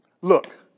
look